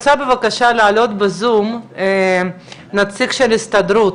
להעלות בזום נציג של ההסתדרות,